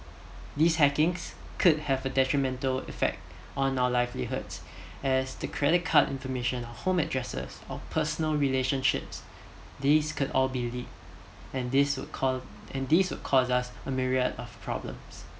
these hackings could have a detrimental effect on our livelihoods as the credit card information or home addresses or personal relationships these could all be leaked and this would cause and these would cause us a myriad of problems